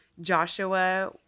Joshua